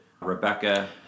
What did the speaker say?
Rebecca